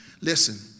listen